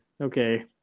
Okay